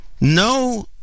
no